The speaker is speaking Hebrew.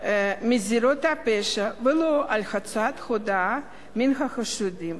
מזירות הפשע ולא על הוצאת הודאה מן החשודים.